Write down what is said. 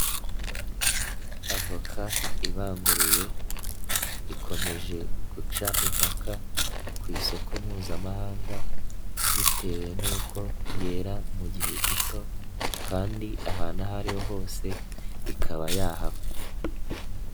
Avoka ibanguriye ikomeje guca impaka ku isoko mpuzamahanga bitewe n'uko yera mu gihe gito kandi ahantu aho ari ho hose ikaba yahaba.